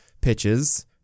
pitches